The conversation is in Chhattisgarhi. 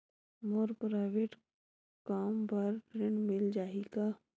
मोर प्राइवेट कम बर ऋण मिल जाही का?